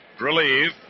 relieve